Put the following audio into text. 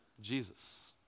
Jesus